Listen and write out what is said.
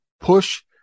push